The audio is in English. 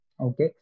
Okay